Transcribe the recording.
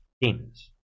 demons